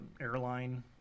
airline